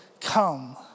Come